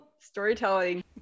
Storytelling